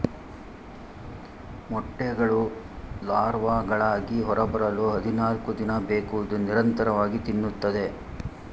ಮೊಟ್ಟೆಗಳು ಲಾರ್ವಾಗಳಾಗಿ ಹೊರಬರಲು ಹದಿನಾಲ್ಕುದಿನ ಬೇಕು ಇದು ನಿರಂತರವಾಗಿ ತಿನ್ನುತ್ತದೆ